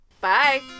Bye